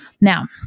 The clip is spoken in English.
Now